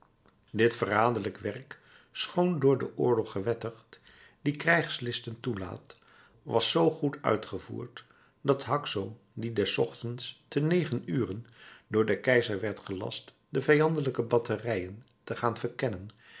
dit verraderlijk werk schoon door den oorlog gewettigd die krijgslisten toelaat was zoo goed uitgevoerd dat haxo die des ochtends te negen uren door den keizer werd gelast de vijandelijke batterijen te gaan verkennen